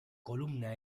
columna